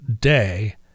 day